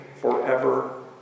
forever